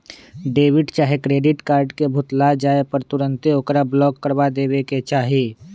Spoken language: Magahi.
डेबिट चाहे क्रेडिट कार्ड के भुतला जाय पर तुन्ते ओकरा ब्लॉक करबा देबेके चाहि